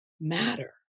matter